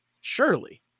surely